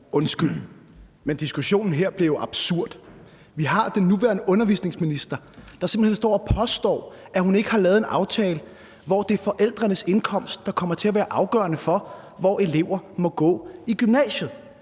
Undskyld, men diskussionen her bliver jo absurd. Vi har den nuværende undervisningsminister, der simpelt hen står og påstår, at hun ikke har lavet en aftale, hvor det er forældrenes indkomst, der kommer til at være afgørende for, hvor elever må gå i gymnasiet.